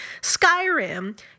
skyrim